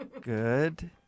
Good